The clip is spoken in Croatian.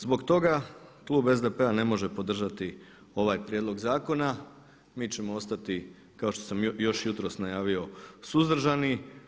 Zbog toga, klub SDP-a ne može podržati ovaj prijedlog zakona, mi ćemo ostati kao što sam još jutros najavio suzdržani.